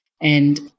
And-